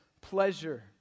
pleasure